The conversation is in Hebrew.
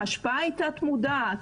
ההשפעה היא תת מודעת,